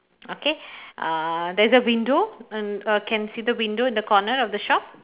okay uh there's a window and uh can see the window in the corner of the shop